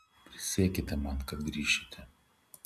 prisiekite man kad grįšite